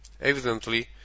Evidently